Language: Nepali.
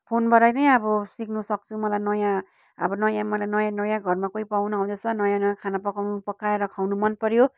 फोनबाटै नै अब सिक्नुसक्छु मलाई नयाँ अब नयाँ मलाई नयाँ नयाँ घरमा कोही पाहुना आउँदैछ नयाँ नयाँ खाना पकाउनु पकाएर खुवाउनु मनपऱ्यो